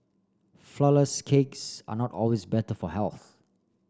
flourless cakes are not always better for health